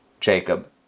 Jacob